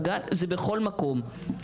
זה בכל מקום.